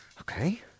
Okay